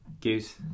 Goose